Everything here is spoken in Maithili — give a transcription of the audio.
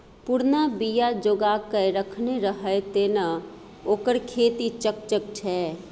पुरना बीया जोगाकए रखने रहय तें न ओकर खेती चकचक छै